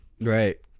Right